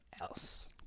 else